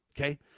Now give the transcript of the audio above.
Okay